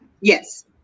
Yes